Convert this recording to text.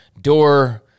door